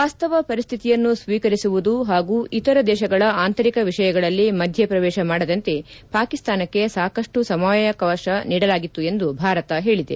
ವಾಸ್ತವ ಪರಿಸ್ಥಿತಿಯನ್ನು ಸ್ವೀಕರಿಸುವುದು ಹಾಗೂ ಇತರ ದೇಶಗಳ ಆಂತರಿಕ ವಿಷಯಗಳಲ್ಲಿ ಮಧ್ಯೆ ಪ್ರವೇಶ ಮಾಡದಂತೆ ಪಾಕಿಸ್ತಾನಕ್ಕೆ ಸಾಕಷ್ಟು ಸಮಯಾವಕಾಶ ನೀಡಲಾಗಿತ್ತು ಎಂದು ಭಾರತ ಹೇಳಿದೆ